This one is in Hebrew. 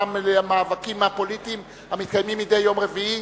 למאבקים הפוליטיים המתקיימים מדי יום רביעי.